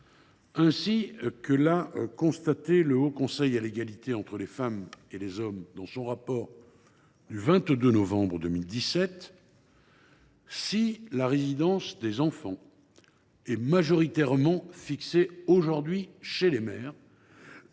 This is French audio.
Ainsi que l’a constaté le Haut Conseil à l’égalité entre les femmes et les hommes dans son rapport du 22 novembre 2017, « si la résidence des enfants est majoritairement fixée aujourd’hui chez les mères,